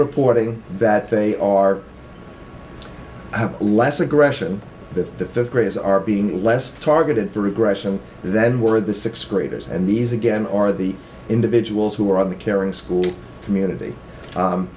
reporting that they are less aggression that the fifth graders are being less targeted through aggression than where the sixth graders and these again are the individuals who are on the caring school community